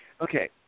okay